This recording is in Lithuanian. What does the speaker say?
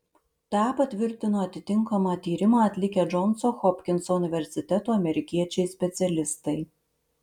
tą patvirtino atitinkamą tyrimą atlikę džonso hopkinso universiteto amerikiečiai specialistai